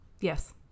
Yes